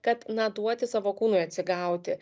kad na duoti savo kūnui atsigauti